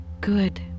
Good